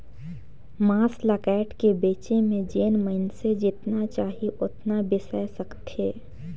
मांस ल कायट के बेचे में जेन मइनसे जेतना चाही ओतना बेसाय सकथे